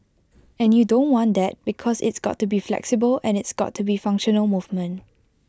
and you don't want that because it's got to be flexible and it's got to be functional movement